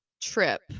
trip